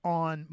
on